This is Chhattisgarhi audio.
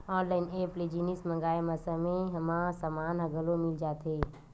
ऑनलाइन ऐप ले जिनिस मंगाए म समे म समान ह घलो मिल जाथे